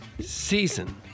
Season